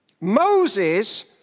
Moses